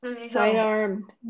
Sidearm